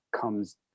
comes